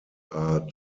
are